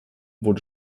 wurde